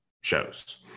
shows